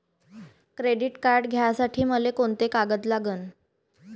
Credit card घ्यासाठी मले कोंते कागद लागन?